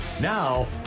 now